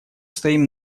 стоим